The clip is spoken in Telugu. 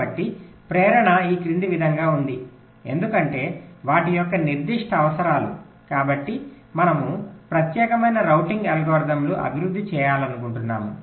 కాబట్టి ప్రేరణ ఈ క్రింది విధంగా ఉంది ఎందుకంటే వాటి యొక్క నిర్దిష్ట అవసరాలు కాబట్టి మనము ప్రత్యేకమైన రౌటింగ్ అల్గారిథమ్లను అభివృద్ధి చేయాలనుకుంటున్నాము